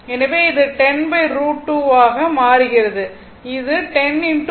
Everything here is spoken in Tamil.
எனவே இது 10√2 ஆக மாறுகிறது இது 10 0